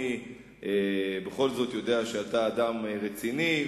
אני בכל זאת יודע שאתה אדם רציני,